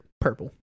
purple